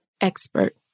expert